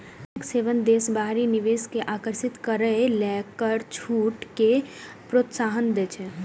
tax haven देश बाहरी निवेश कें आकर्षित करै लेल कर छूट कें प्रोत्साहन दै छै